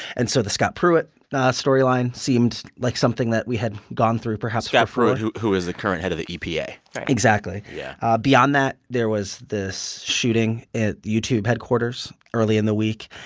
and so the scott pruitt storyline seemed like something that we had gone through perhaps scott pruitt, who who is the current head of the epa exactly yeah beyond that, there was this shooting at youtube headquarters early in the week.